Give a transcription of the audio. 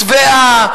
שבעה,